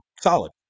Solid